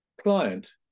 client